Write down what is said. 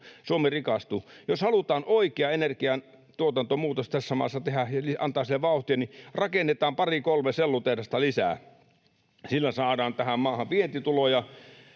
Jos halutaan oikea energiantuotantomuutos tässä maassa tehdä, antaa sille vauhtia, niin rakennetaan pari kolme sellutehdasta lisää. Sillä saadaan tähän maahan vientituloja,